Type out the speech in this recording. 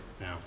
now